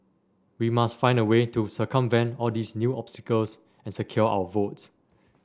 we must find a way to circumvent all these new obstacles and secure our votes